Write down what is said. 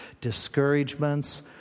discouragements